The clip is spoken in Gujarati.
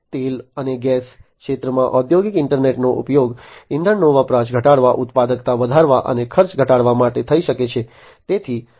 તેલ અને ગેસ ક્ષેત્રમાં ઔદ્યોગિક ઈન્ટરનેટનો ઉપયોગ ઈંધણનો વપરાશ ઘટાડવા ઉત્પાદકતા વધારવા અને ખર્ચ ઘટાડવા માટે થઈ શકે છે